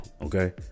okay